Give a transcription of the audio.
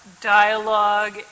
dialogue